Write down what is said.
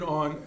on